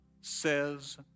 says